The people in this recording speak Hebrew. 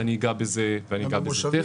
ואגע בזה תיכף.